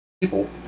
people